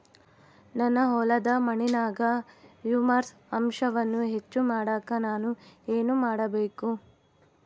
ನನ್ನ ಹೊಲದ ಮಣ್ಣಿನಾಗ ಹ್ಯೂಮಸ್ ಅಂಶವನ್ನ ಹೆಚ್ಚು ಮಾಡಾಕ ನಾನು ಏನು ಮಾಡಬೇಕು?